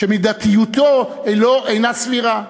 שמידתיותו אינה סבירה,